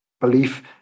belief